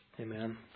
Amen